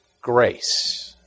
grace